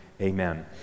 Amen